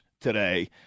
today